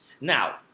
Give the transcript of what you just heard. Now